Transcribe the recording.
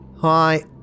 Hi